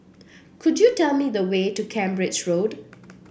could you tell me the way to Cambridge Road